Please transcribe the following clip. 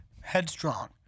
headstrong